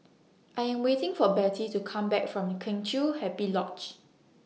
I Am waiting For Bettie to Come Back from Kheng Chiu Happy Lodge